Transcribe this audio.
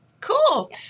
Cool